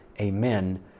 Amen